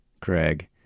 Craig